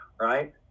Right